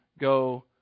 go